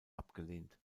abgelehnt